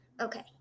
Okay